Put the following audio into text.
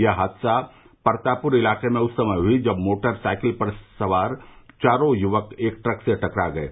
यह हादसा परतापुर इलाके में उस समय हुआ जब मोटर साइकिल पर सवार चारों युवक एक ट्रक से टकरा गये